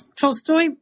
Tolstoy